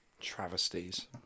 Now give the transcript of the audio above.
travesties